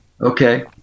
Okay